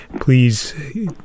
please